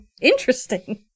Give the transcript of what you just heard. interesting